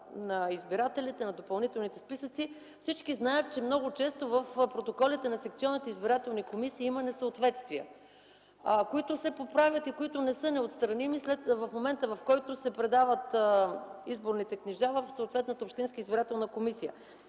на избирателите, на допълнителните списъци. Всички знаят, че много често в протоколите на секционните избирателни комисии има несъответствия, които се поправят и които не са неотстраними в момента, в който се предават изборните книжа в съответната общинска избирателна комисия.